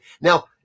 now